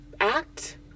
act